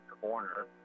corner